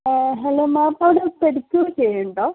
ആ hello ma'am അവിടെ pedicure ചെയ്യുന്നുണ്ടോ